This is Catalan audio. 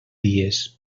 dies